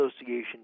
association